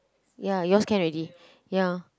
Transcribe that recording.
ya yours can already ya